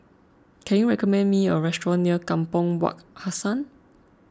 can you recommend me a restaurant near Kampong Wak Hassan